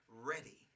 ready